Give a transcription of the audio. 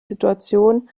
situation